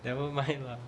nevermind lah